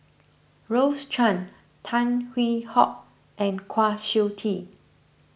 Rose Chan Tan Hwee Hock and Kwa Siew Tee